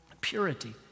purity